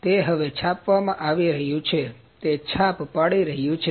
તે હવે છાપવામાં આવી રહ્યું છે તે છાપ પાડી રહ્યુ છે